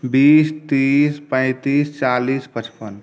बीस तीस पैँतीस चालीस पचपन